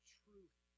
truth